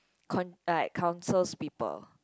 con~ like counsels people